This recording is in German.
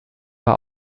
war